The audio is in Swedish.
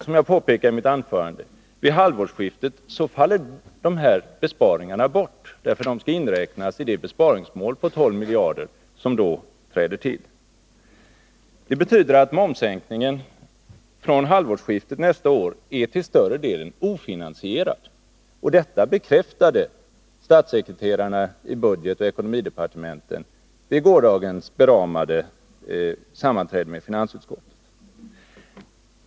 Som jag påpekade i mitt tidigare anförande faller sedan, vid halvårsskiftet, dessa besparingar bort. De skall inräknas i det besparingsmål på 12 miljarder som då skall infrias. Det betyder att momssänkningen från halvårsskiftet nästa år är till större delen ofinansierad. Detta bekräftade statssekreterarna i budgetoch ekonomidepartementen vid gårdagens beramade sammanträde med finansutskottet.